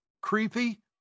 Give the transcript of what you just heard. creepy